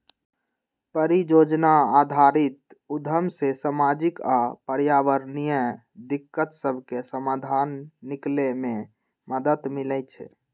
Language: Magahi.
परिजोजना आधारित उद्यम से सामाजिक आऽ पर्यावरणीय दिक्कत सभके समाधान निकले में मदद मिलइ छइ